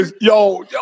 yo